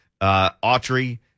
Autry